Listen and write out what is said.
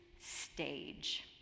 stage